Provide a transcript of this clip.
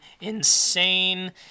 insane